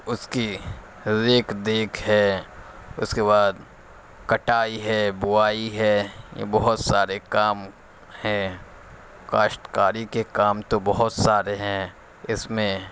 اس کی ریکھ دیکھ ہے اس کے بعد کٹائی ہے بوائی ہے یہ بہت سارے کام ہیں کاشتکاری کے کام تو بہت سارے ہیں اس میں